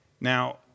Now